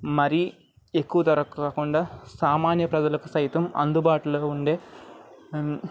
మరి ఎక్కువ ధరకు కాకుండా సామాన్య ప్రజలకు సైతం అందుబాటులో ఉండే